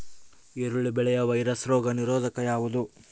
ಈರುಳ್ಳಿ ಬೆಳೆಯ ವೈರಸ್ ರೋಗ ನಿರೋಧಕ ಯಾವುದು?